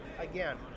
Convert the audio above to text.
again